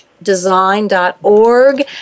design.org